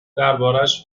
دربارش